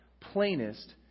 plainest